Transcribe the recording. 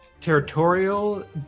territorial